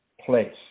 place